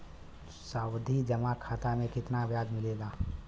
सावधि जमा खाता मे कितना ब्याज मिले ला?